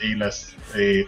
eiles tai